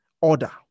Order